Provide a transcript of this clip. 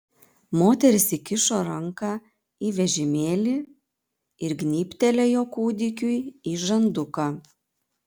moteris įkišo ranką į vežimėlį ir gnybtelėjo kūdikiui į žanduką